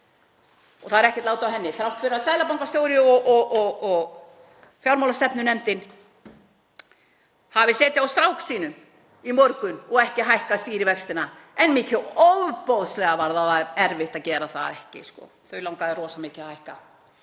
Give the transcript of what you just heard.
og það er ekkert lát á henni þrátt fyrir að seðlabankastjóri og fjármálastefnunefndin hafi setið á strák sínum í morgun og ekki hækkað stýrivextina. En mikið ofboðslega var erfitt að gera það ekki. Þau langaði rosa mikið að hækka.